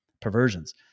perversions